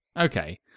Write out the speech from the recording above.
okay